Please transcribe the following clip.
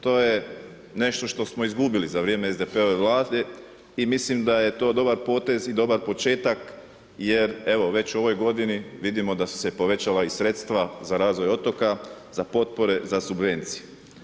To je nešto što smo izgubili za vrijeme SDP-ove Vlade i mislim da je to dobar potez i dobar početak jer evo već u ovoj godini vidimo da su se povećala i sredstva za razvoj otoka, za potpore, za subvencije.